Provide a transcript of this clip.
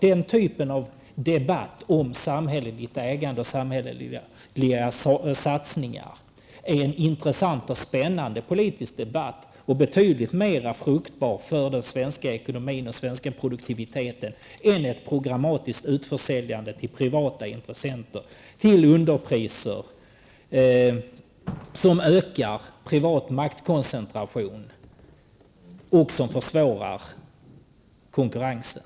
Debatten om samhälleligt ägande och samhälleliga satsningar är en intressant och spännande politisk debatt, betydligt mera fruktbar för den svenska ekonomin och den svenska produktiviteten än ett programmatiskt utförsäljande till privata intressenter till underpriser som ökar privat maktkoncentration och som försvårar konkurrensen.